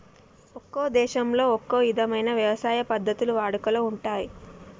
ఒక్కో దేశంలో ఒక్కో ఇధమైన యవసాయ పద్ధతులు వాడుకలో ఉంటయ్యి